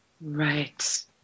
Right